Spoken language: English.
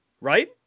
right